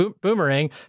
boomerang